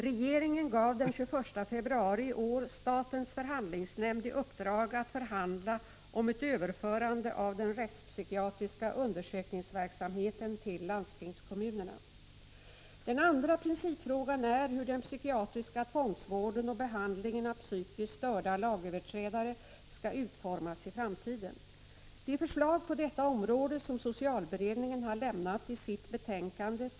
Regeringen gav den 21 februari i år statens förhandlingsnämnd i uppdrag att förhandla om ett överförande av den rättspsykiatriska undersökningsverksamheten till landstingskommunerna. Den andra principfrågan är hur den psykiatriska tvångsvården och behandlingen av psykiskt störda lagöverträdare skall utformas i framtiden. De förslag på detta område som socialberedningen har lämnat i sitt betänkande .